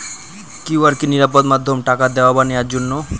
QR কি নিরাপদ মাধ্যম টাকা দেওয়া বা নেওয়ার জন্য?